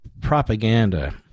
propaganda